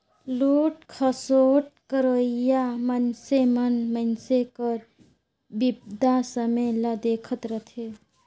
लूट खसोट करोइया मइनसे मन मइनसे कर बिपदा समें ल देखत रहथें